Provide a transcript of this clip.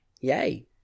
yay